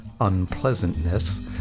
unpleasantness